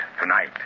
tonight